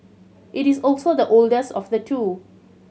it is also the oldest of the two